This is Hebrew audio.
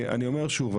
אני אומר שוב,